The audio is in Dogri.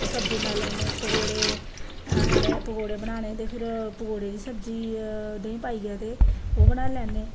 सब्जी बनाई लैन्ने पकौड़े मतलब पकौड़े बनान्ने ते फिर पकौड़े दी सब्जी देई पाइयै ते ओह् बनाई लैन